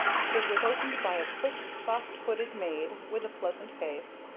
it was opened by a quick, soft-footed maid with a pleasant face,